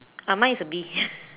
ah mine is a bee